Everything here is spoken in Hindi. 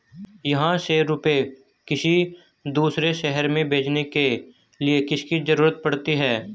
यहाँ से रुपये किसी दूसरे शहर में भेजने के लिए किसकी जरूरत पड़ती है?